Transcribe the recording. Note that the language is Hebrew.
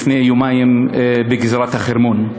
לפני יומיים בגזרת החרמון.